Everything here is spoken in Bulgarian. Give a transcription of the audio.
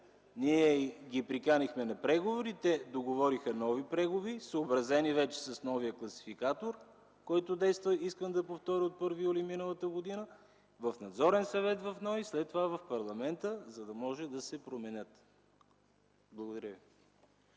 Ние ги приканихме на преговори, те договориха нови прагове, съобразени вече с новия класификатор, който действа, искам да повторя, от 1 юли м.г. Ще се внесат в Надзорния съвет на НОИ, след това в парламента, за да може да се променят. Благодаря ви.